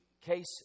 case